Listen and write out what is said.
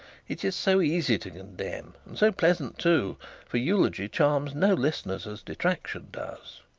it is so easy to condemn and so pleasant too for eulogy charms no listeners as detraction does